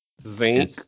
Zinc